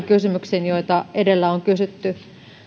kysymyksiin joita edellä on kysytty